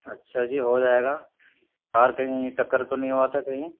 اچھا جی ہو جائے گا كار كہیں ٹكر تو نہیں ہُوا تھا كہیں